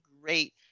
great